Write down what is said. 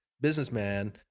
businessman